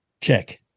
Check